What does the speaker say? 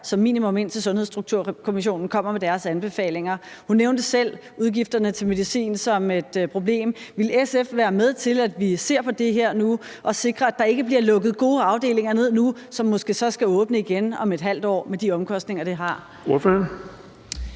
som minimum indtil Sundhedsstrukturkommissionen kommer med deres anbefalinger. Hun nævnte selv udgifterne til medicin som et problem. Ville SF være med til, at vi ser på det her nu og sikrer, at der ikke bliver lukket gode afdelingerne ned nu, som måske så skal åbne igen om et halvt år med de omkostninger, det har? Kl.